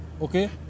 Okay